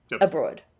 abroad